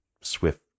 swift